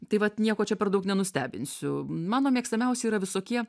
tai vat nieko čia per daug nenustebinsiu mano mėgstamiausi yra visokie